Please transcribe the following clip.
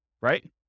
right